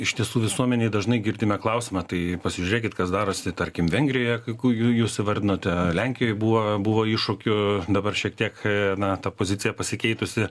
iš tiesų visuomenėj dažnai girdime klausimą tai pasižiūrėkit kas darosi tarkim vengrijoje kai jūs įvardinote lenkijoj buvo buvo iššūkių dabar šiek tiek kai na ta pozicija pasikeitusi